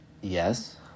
yes